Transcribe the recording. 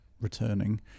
returning